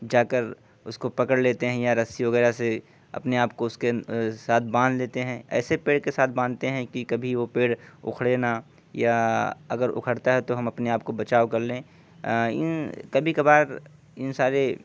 جا کر اس کو پکڑ لیتے ہیں یا رسی وغیرہ سے اپنے آپ کو اس کے ساتھ باندھ لیتے ہیں ایسے پیڑ کے ساتھ باندھتے ہیں کہ کبھی وہ پیڑ اکھڑے نہ یا اگر اکھڑتا ہے تو ہم اپنے آپ کو بچاؤ کر لیں ان کبھی کبھار ان سارے